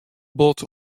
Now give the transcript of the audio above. bot